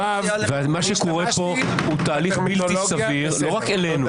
ומה שקורה פה הוא תהליך בלתי סביר לא רק אלינו,